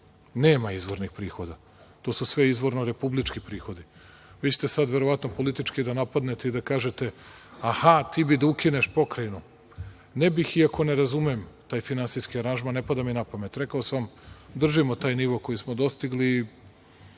nema izvornih prihoda. To su sve izvorno republički prihodi. Vi ćete sada, verovatno, politički da napadnete i da kažete – aha, ti bi da ukineš Pokrajinu. Ne bih, iako ne razumem taj finansijski aranžman, ne pada mi na pamet. Rekao sam vam, držimo taj nivo koji smo dostigli,